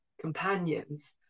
companions